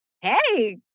hey